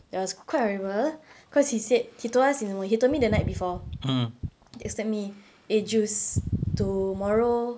it was quite horrible because he said he told us in the he told me the night before texted me eh just tomorrow